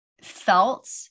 felt